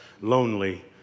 lonely